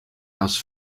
house